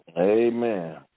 Amen